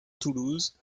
toulouse